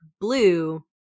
blue